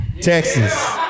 Texas